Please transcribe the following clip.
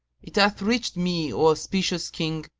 it hath reached me, o auspicious king,